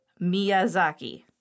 Miyazaki